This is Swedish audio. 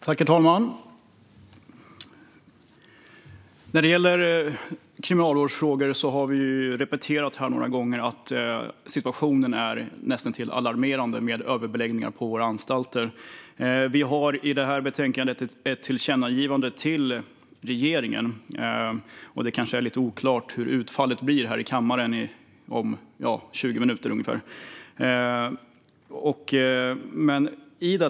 Herr talman! När det gäller kriminalvårdsfrågor har vi här några gånger repeterat att situationen med överbeläggning på våra anstalter är näst intill alarmerande. Vi har i detta betänkande ett tillkännagivande till regeringen. Det är kanske lite oklart vilket utfallet blir här i kammaren om ungefär 20 minuter.